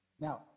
Now